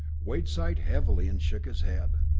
wade sighed heavily and shook his head.